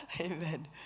Amen